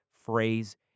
Phrase